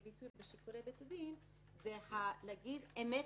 ביטוי בשיקולי בית הדין הוא להגיד: אמת,